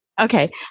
Okay